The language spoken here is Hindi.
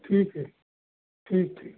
ठीक है ठीक ठीक